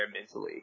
mentally